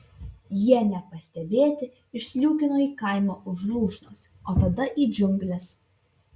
jie nepastebėti išsliūkino į kaimą už lūšnos o tada į džiungles